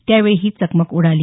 त्यावेळी ही चकमक उडाली